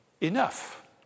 Enough